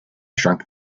shrunk